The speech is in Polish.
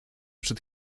przed